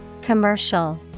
Commercial